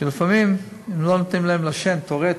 שלפעמים לא נותנים להם, לשם, תיאורטית,